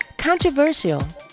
Controversial